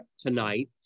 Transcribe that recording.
tonight